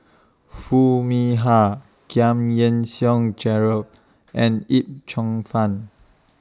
Foo Mee Har Giam Yean Song Gerald and Yip Cheong Fun